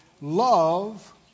Love